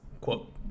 quote